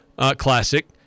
Classic